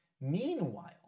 Meanwhile